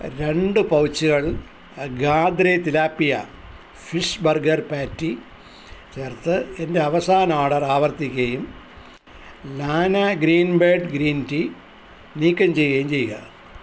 രണ്ട് പൗച്ചുകൾ Gadre tilapia fish burger patty ചേർത്ത് എന്റെ അവസാന ഓർഡർ ആവർത്തിക്കുകയും ലാനാ ഗ്രീൻ ബേഡ് ഗ്രീൻ റ്റീ നീക്കം ചെയ്യുകയും ചെയ്ക